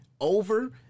over